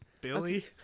Billy